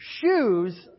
shoes